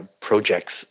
projects